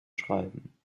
schreiben